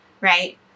Right